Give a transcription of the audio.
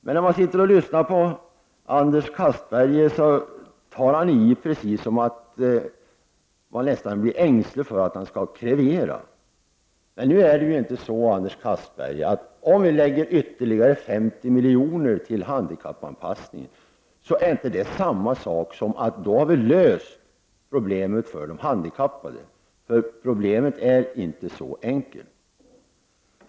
Men när jag lyssnar på Anders Castberger, tycker jag att han tar iså att jag nästan blir ängslig för att han skall krevera. Om vi avsätter ytterligare 50 miljoner till handikappanpassning, så är inte det samma sak som att vi därmed har löst problemet för de handikappade, för problemet är inte så enkelt.